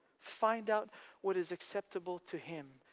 find out what is acceptable to him,